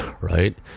right